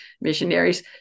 missionaries